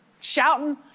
shouting